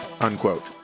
Unquote